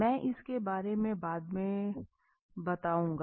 मैं इसके बारे में बाद में बताऊंगा